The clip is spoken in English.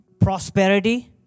prosperity